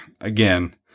again